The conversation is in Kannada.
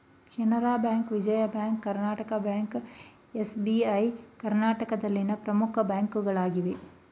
Canara bank, Vijaya bank, Karnataka bank, SBI ಕರ್ನಾಟಕದಲ್ಲಿನ ಪ್ರಮುಖ ಬ್ಯಾಂಕ್ಗಳಾಗಿವೆ